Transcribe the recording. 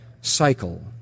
cycle